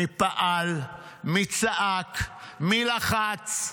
מי פעל, מי צעק, מי לחץ.